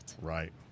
Right